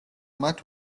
მათ